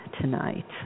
tonight